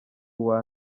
uwa